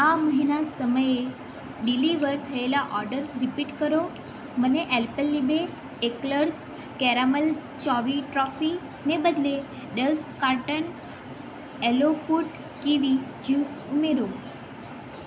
આ મહિના સમયે ડિલિવર થયેલા ઓર્ડર રીપીટ કરો મને અલ્પેનલીબે એકલર્સ કેરામલ ચોવી ટોફીને બદલે દસ carton aloe food kiwi juice ઉમેરો